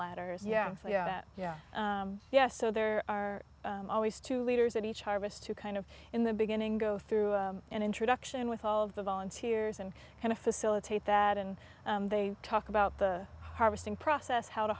ders yeah yeah yeah yeah so there are always two leaders at each harvest to kind of in the beginning go through an introduction with all of the volunteers and kind of facilitate that and they talk about the harvesting process how to